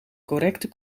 correcte